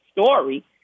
story